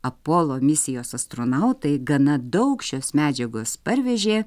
apolo misijos astronautai gana daug šios medžiagos parvežė